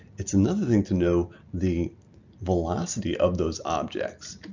it's another thing to know the velocity of those objects.